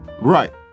right